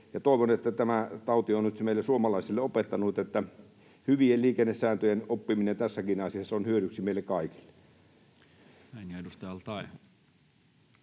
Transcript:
toivon, että tämä tauti on nyt meille suomalaisille opettanut, että hyvien liikennesääntöjen oppiminen tässäkin asiassa on hyödyksi meille kaikille.